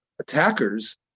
attackers